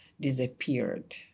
disappeared